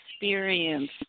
experience